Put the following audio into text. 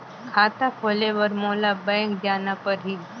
खाता खोले बर मोला बैंक जाना परही?